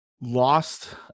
lost